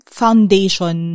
foundation